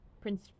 Prince